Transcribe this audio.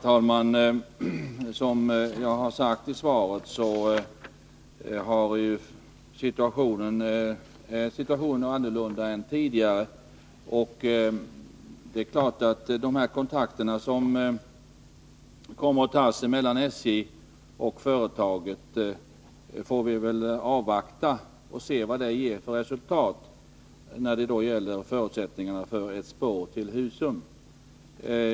Herr talman! Som jag sade i svaret är ju situationen annorlunda nu än tidigare. Vi får väl avvakta resultatet av den kontakt som kommer att tas mellan SJ och MoDo när det gäller förutsättningarna för ett spår till Husum.